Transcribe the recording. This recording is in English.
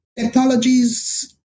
Technologies